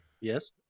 Yes